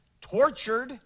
tortured